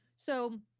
so,